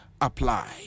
apply